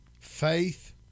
faith